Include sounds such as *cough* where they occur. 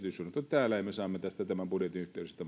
täällä ja me saamme tämän asian tämän budjetin yhteydessä *unintelligible*